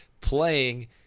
playing